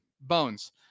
bones